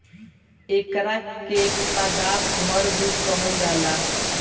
एकरा के पादप घर भी कहल जाला